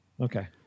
okay